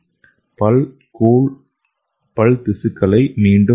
பல் கூழ் பல் திசுக்களை மீண்டும் வளர்க்கும்